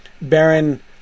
Baron